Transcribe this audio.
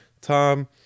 Tom